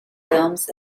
films